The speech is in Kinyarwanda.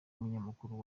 umunyamakuru